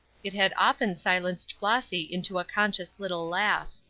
it had often silenced flossy into a conscious little laugh.